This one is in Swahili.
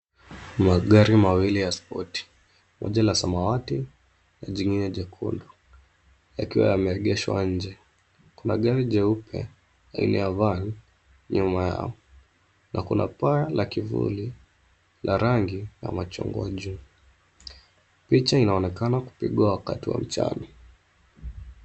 Magari mawili ya spoti, moja la samawati na jingine jekundu yakiwa yameegeshwa nje. Kuna gari jeupe aina ya cs[van]cs nyuma yao na kuna paa la kivuli la rangi ya machungwa juu. Picha inaonekana kupigwa wakati wa mchana.